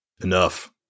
Enough